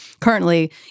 currently